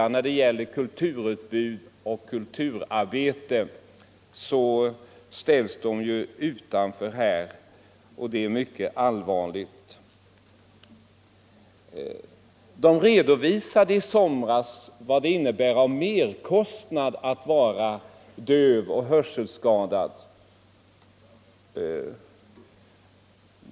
När det gäller kulturutbud och kulturarbete ställs de också utanför, vilket är mycket allvarligt. Det redovisades i somras vad det innebär i merkostnader att vara hörselskadad.